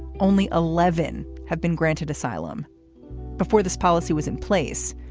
only eleven have been granted asylum before this policy was in place.